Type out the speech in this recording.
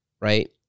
right